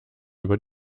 über